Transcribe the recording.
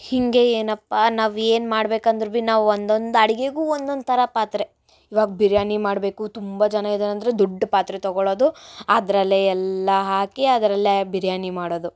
ಹೀಗೆ ಏನಪ್ಪ ನಾವು ಏನು ಮಾಡ್ಬೇಕಂದರೂ ಭಿ ನಾವು ಒಂದೊಂದು ಅಡುಗೆಗೂ ಒಂದೊಂಥರ ಪಾತ್ರೆ ಇವಾಗ ಬಿರ್ಯಾನಿ ಮಾಡಬೇಕು ತುಂಬ ಜನ ಇದ್ದಾರಂದ್ರೆ ದೊಡ್ಡ ಪಾತ್ರೆ ತೊಗೊಳ್ಳೋದು ಅದರಲ್ಲೇ ಎಲ್ಲ ಹಾಕಿ ಅದರಲ್ಲೇ ಬಿರ್ಯಾನಿ ಮಾಡೋದು